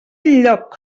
enlloc